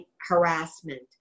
harassment